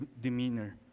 demeanor